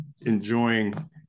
enjoying